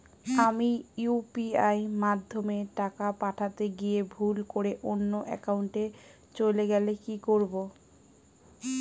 আমি ইউ.পি.আই মাধ্যমে টাকা পাঠাতে গিয়ে ভুল করে অন্য একাউন্টে চলে গেছে কি করব?